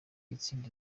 gutsinda